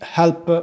help